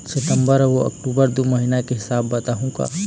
सितंबर अऊ अक्टूबर दू महीना के हिसाब बताहुं का?